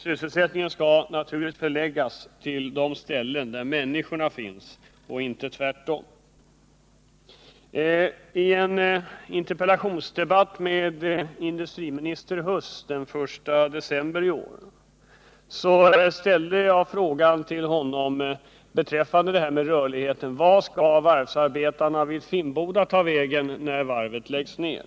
Sysselsättningen skall naturligtvis förläggas till de ställen där människorna finns och inte tvärtom. I en interpellationsdebatt med industriminister Huss den 1 december i år beträffande rörligheten frågade jag: Vart skall varvsarbetarna vid Finnboda ta vägen när varvet läggs ned?